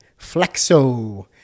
flexo